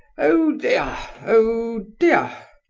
oh, dear! oh, dear!